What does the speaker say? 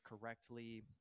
correctly